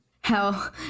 Hell